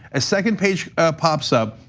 a second page pops up.